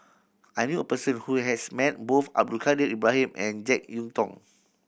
I knew a person who has met both Abdul Kadir Ibrahim and Jek Yeun Thong